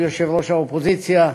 כבוד יושב-ראש האופוזיציה,